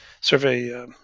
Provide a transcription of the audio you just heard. survey